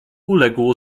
uległ